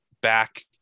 back